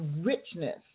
richness